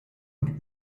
und